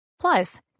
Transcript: Plus